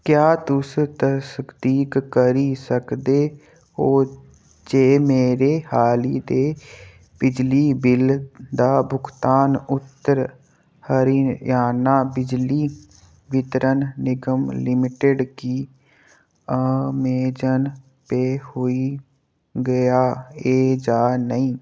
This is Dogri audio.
क्या तुस तसदीक करी सकदे ओ जे मेरे हाली दे मेरे बिजली बिल दा भुगतान उत्तर हरियाणा बिजली बितरन निगम लिमिटेड गी अमेज़न पे होई गेआ ऐ जां नेईं